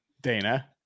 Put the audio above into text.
Dana